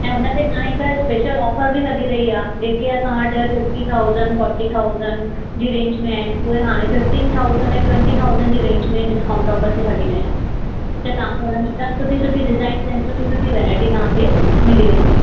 ऐं हुन ते ना हिकु स्पेशल ऑफर बि हली रही आहे जेके असां वटि फिफ्टी थाउसैंड फोर्टी थाउसैंड जी रेंज में आहिनि उहे हाणे फिफ्टीन थाउसैंड ऐं ट्ववेंटी थाउसैंड जी रेंज में डिस्काउंट ऑफर ते हली रहिया आहिनि त तव्हांखे हुन में जाम सुठी सुठी डिज़ाइंस आहिनि सुठी सुठी वैराय़टी तव्हांखे मिली वेंदी